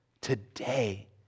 today